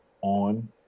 on